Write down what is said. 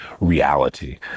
reality